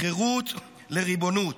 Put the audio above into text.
לחירות לריבונות.